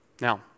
Now